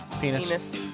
Penis